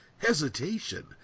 hesitation